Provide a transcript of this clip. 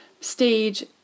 stage